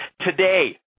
Today